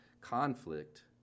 conflict